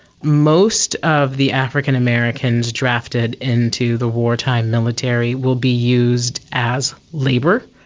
most of the african americans drafted into the wartime military will be used as labour,